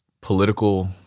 political